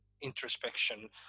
introspection